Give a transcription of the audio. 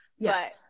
Yes